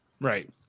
Right